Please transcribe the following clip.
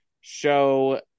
show